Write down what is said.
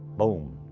boom.